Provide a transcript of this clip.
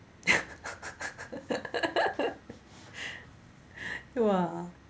!wah!